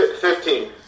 Fifteen